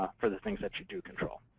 for the things that you do control.